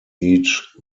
each